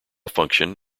function